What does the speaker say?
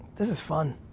this is fun.